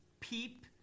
peep